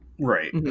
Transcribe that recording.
right